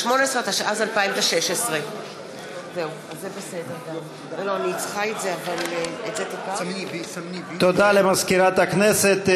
התשע"ז 2016. תודה למזכירת הכנסת.